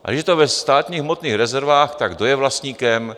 Když je to ve státních hmotných rezervách, tak kdo je vlastníkem?